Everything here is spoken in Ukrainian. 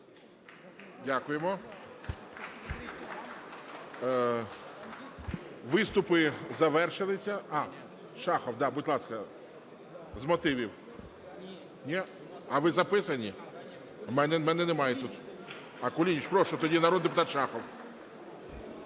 Дякуємо. Виступи завершилися. А, Шахов, да, будь ласка, з мотивів. Ні? А ви записані? У мене немає тут. Кулініч, прошу. Тоді народний депутат Шахов.